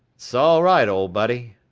sall right ole buddy.